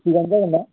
थिगानो जागोन ना